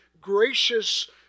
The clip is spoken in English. gracious